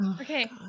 Okay